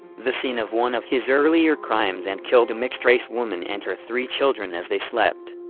the scene of one of his earlier crimes and killed a mixed-race woman and her three children as they slept.